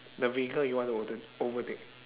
the vehicle you want to over~ overtake